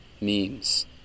memes